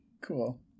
cool